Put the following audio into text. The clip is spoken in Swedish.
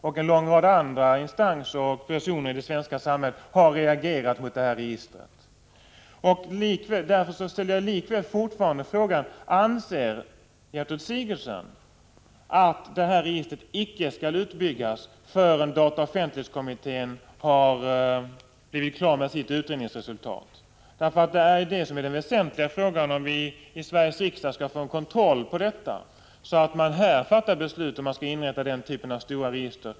Och en lång rad andra personer och instanser i det svenska samhället har reagerat mot det här registret. Därför ställer jag återigen frågan: Anser Gertrud Sigurdsen att detta register icke skall utbyggas förrän dataoch offentlighetskommitténs utredningsresultat föreligger? Den väsentliga frågan är om vi i Sveriges riksdag skall få en kontroll på detta, så att man här fattar beslut om man skall inrätta denna typ av stora register.